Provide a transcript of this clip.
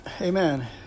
amen